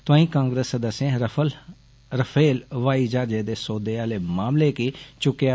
तोआईं कांग्रेस सदस्यें रफेल ब्हाई जहाजे दे सौदे आले मामले गी चुक्केआ